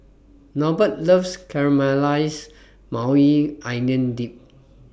Norbert loves Caramelized Maui Onion Dip